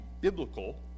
biblical